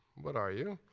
what are you?